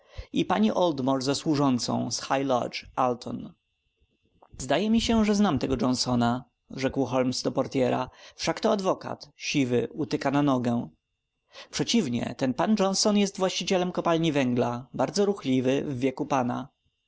i pani oldmore ze służącą z high lodge alton zdaje mi się że znam tego johnsona rzekł holmes do portyera wszak to adwokat siwy utyka na nogę przeciwnie ten pan johnson jest właścicielem kopalni węgla bardzo ruchliwy w wieku pana